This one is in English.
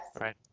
Right